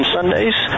Sundays